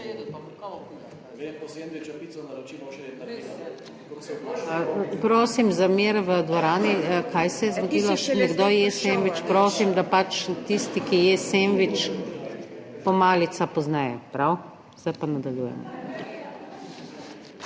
Prosim za mir v dvorani! Kaj se je zgodilo? Nekdo je sendvič. Prosim, da pač tisti, ki je sendvič pomalica pozneje, prav? Zdaj pa nadaljujemo.